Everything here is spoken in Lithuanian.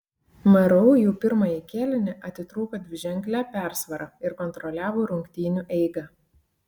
mru jau pirmąjį kėlinį atitrūko dviženkle persvara ir kontroliavo rungtynių eigą